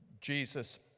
Jesus